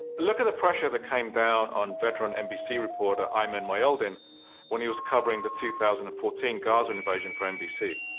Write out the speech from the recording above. look at the pressure that came down on veteran nbc reporter ayman mohyeldin when he was covering the two thousand and fourteen gaza invasion for nbc.